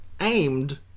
aimed